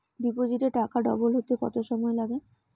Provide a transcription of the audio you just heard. ডিপোজিটে টাকা ডবল হতে কত সময় লাগে?